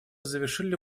завершили